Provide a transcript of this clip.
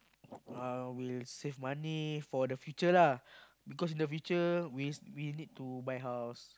I will save money for the future lah because in the future we need to buy house